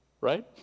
Right